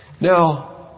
Now